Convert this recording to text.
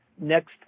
Next